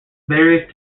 various